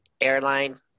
airline